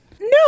No